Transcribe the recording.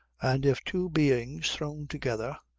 and if two beings thrown together,